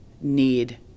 need